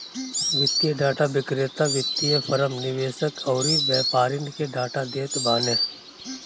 वित्तीय डाटा विक्रेता वित्तीय फ़रम, निवेशक अउरी व्यापारिन के डाटा देत बाने